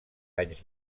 anys